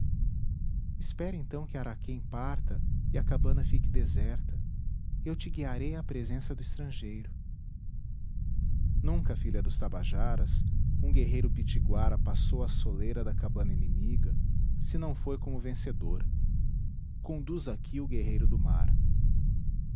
espera então que araquém parta e a cabana fique deserta eu te guiarei à presença do estrangeiro nunca filha dos tabajaras um guerreiro pitiguara passou a soleira da cabana inimiga se não foi como vencedor conduz aqui o guerreiro do mar